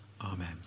Amen